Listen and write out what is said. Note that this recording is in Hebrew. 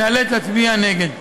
ניאלץ להצביע נגד.